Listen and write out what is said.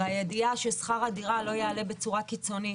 והידיעה ששכר הדירה לא יעלה בצורה קיצונית,